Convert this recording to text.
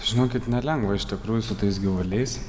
žinokit nelengva iš tikrųjų su tais gyvuliais